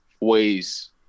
ways